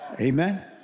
Amen